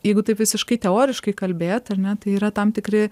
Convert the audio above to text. jeigu taip visiškai teoriškai kalbėt ar ne tai yra tam tikri